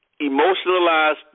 Emotionalized